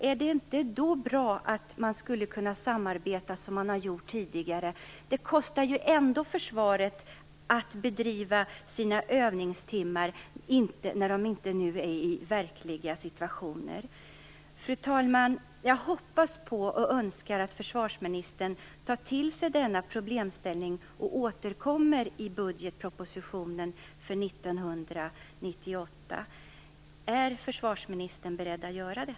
Är det inte då bra att samarbeta som man har gjort tidigare? Det kostar ändå försvaret att bedriva dessa övningar även om det inte är verkliga situationer. Fru talman! Jag hoppas och önskar att försvarsministern tar till sig denna problemställning och återkommer i budgetpropositionen för 1998. Är försvarsministern beredd att göra det?